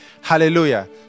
Hallelujah